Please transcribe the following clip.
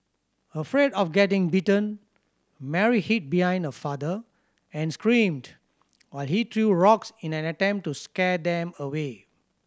afraid of getting bitten Mary hid behind her father and screamed while he threw rocks in an attempt to scare them away